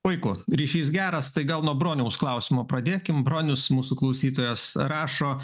puiku ryšys geras tai gal nuo broniaus klausimo pradėkim bronius mūsų klausytojas rašo